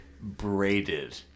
braided